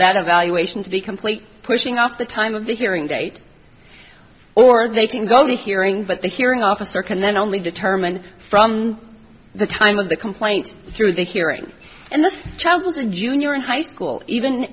that evaluation to be complete pushing off the time of the hearing date or they can go to hearing but the hearing officer can then only determine from the time of the complaint through the hearing and this child was a junior in high school even